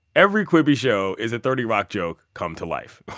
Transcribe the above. every quibi show is a thirty rock joke come to life.